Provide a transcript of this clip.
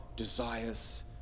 Desires